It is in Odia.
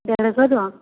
ଦେଢ଼ଶହ ଟଙ୍କା